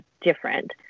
different